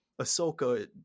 Ahsoka